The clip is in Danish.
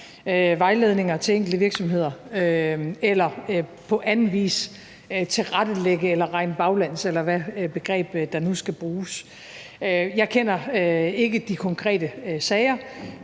vejledninger til enkelte virksomheder eller på anden vis tilrettelægge eller regne baglæns, eller hvad begreb der nu skal bruges. Jeg kender ikke de konkrete sager.